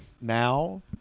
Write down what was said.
now